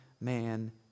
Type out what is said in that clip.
man